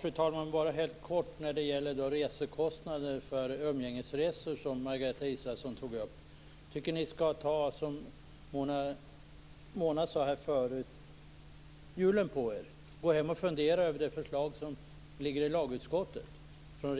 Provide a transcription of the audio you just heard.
Fru talman! Jag vill bara helt kort ta upp detta med resekostnader för umgängesresor som Margareta Israelsson tog upp. Jag tycker att ni, som Mona Berglund Nilsson sade här förut, skall ta julen på er och åka hem och fundera över det förslag från regeringen som ligger i lagutskottet. Man